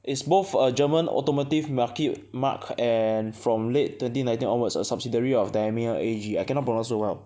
is both a German automotive market mark and from late twenty nineteen onwards a subsidiary of daniel A_G I cannot pronounce so well